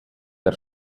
der